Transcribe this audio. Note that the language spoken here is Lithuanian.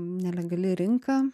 nelegali rinka